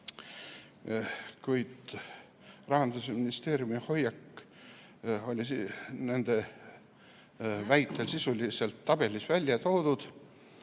Kuid Rahandusministeeriumi hoiak oli nende väitel sisuliselt tabelis välja toodud